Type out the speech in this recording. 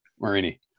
Marini